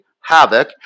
havoc